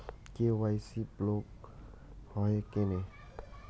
KYC block হয় কেনে?